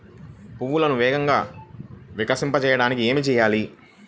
పువ్వులను వేగంగా వికసింపచేయటానికి ఏమి చేయాలి?